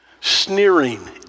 Sneering